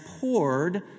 poured